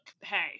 hey